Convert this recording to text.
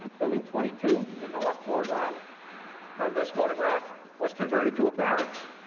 building twenty two, in the left foreground of this photograph, was converted to a barracks,